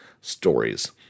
Stories